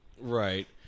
Right